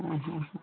ଉଁ ହୁଁ ହୁଁ